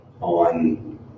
on